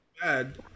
bad